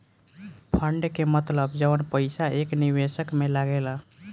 fund के मतलब जवन पईसा एक निवेशक में लागेला